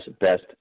best